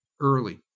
early